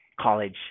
college